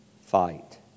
fight